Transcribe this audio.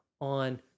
on